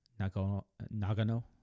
Nagano